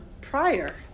prior